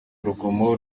urugomo